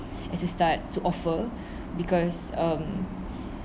as a start to offer because um